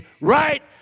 right